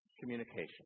communication